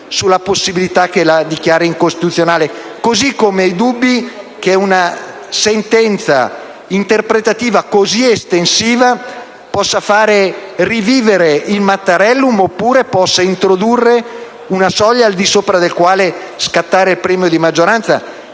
sulla possibilità che la dichiari incostituzionale, così come ho dubbi che una sentenza interpretativa così estensiva possa far rivivere il Mattarellum oppure possa introdurre una soglia al di sopra della quale scatti il premio di maggioranza.